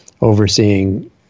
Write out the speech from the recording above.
overseeing